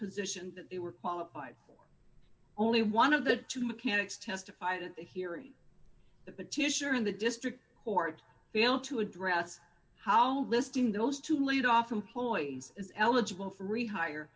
position that they were qualified for only one of the two mechanics testified at the hearing the petitioner in the district court failed to address how listing those two laid off employees is eligible for rehire